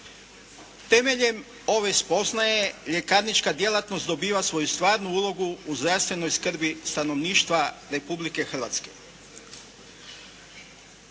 Temeljem ove spoznaje ljekarnička djelatnost dobiva svoju stvarnu ulogu u zdravstvenoj skrbi stanovništva Republike Hrvatske.